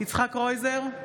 יצחק קרויזר,